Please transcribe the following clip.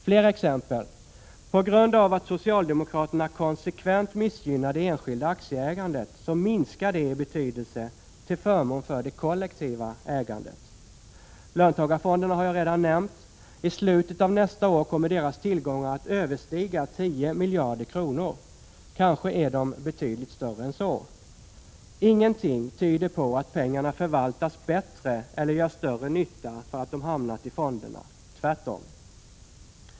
Fler exempel: På grund av att socialdemokraterna konsekvent missgynnar det enskilda aktieägandet så minskar det i betydelse till förmån för det kollektiva ägandet. Löntagarfonderna har jag redan nämnt. I slutet av nästa år kommer deras tillgångar att överstiga 10 miljarder kronor, kanske är de betydligt större. Ingenting tyder på att pengarna förvaltas bättre, eller gör större nytta för att de hamnat i fonderna — tvärtom!